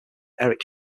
eric